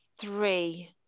three